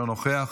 אינו נוכח,